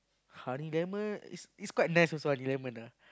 honey lemon is is quite nice also lemon ah